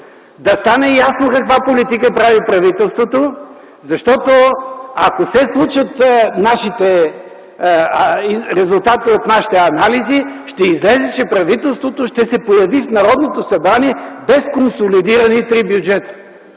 да стане ясно каква политика прави правителството. Защото, ако се случат резултатите от нашите анализи, ще излезе, че правителството ще се появи в Народното събрание без консолидирани три бюджета,